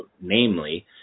namely